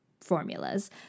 formulas